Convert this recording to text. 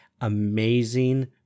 amazing